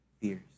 fears